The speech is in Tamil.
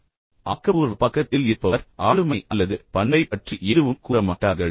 இப்போது ஆக்கபூர்வமான பக்கத்தில் இருப்பவர் ஆளுமை அல்லது பண்பை பற்றி எதுவும் கூறமாட்டார்கள்